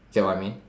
get what I mean